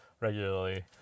regularly